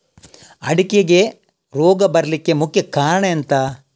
ಅಡಿಕೆಗೆ ರೋಗ ಬರ್ಲಿಕ್ಕೆ ಮುಖ್ಯ ಕಾರಣ ಎಂಥ?